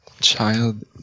Child